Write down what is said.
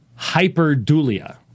hyperdulia